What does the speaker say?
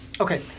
Okay